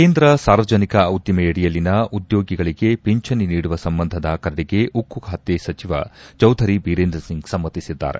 ಕೇಂದ್ರ ಸಾರ್ವಜನಿಕ ಉದ್ದಿಮೆಯಡಿಯಲ್ಲಿನ ಉದ್ಯೋಗಿಗಳಿಗೆ ಪಿಂಚಣಿ ನೀಡುವ ಸಂಬಂಧದ ಕರಡಿಗೆ ಉಕ್ಕು ಖಾತೆ ಸಚಿವ ಚೌಧರಿ ಬೀರೇಂದ್ರ ಸಿಂಗ್ ಸಮ್ನತಿಸಿದ್ದಾರೆ